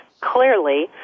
clearly